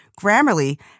Grammarly